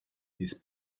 his